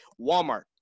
Walmart